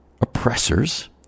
oppressors